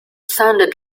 sounded